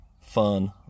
fun